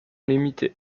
limitée